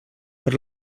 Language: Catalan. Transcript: per